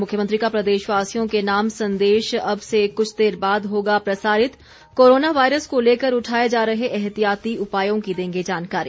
मुख्यमंत्री का प्रदेशवासियों के नाम संदेश अब से कुछ देर बाद होगा प्रसारित कोरोना वायरस को लेकर उठाए जा रहे एहतियाती उपायों की देंगे जानकारी